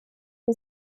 sie